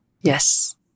Yes